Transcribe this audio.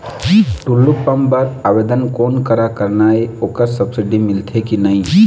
Tullu pump बर आवेदन कोन करा करना ये ओकर सब्सिडी मिलथे की नई?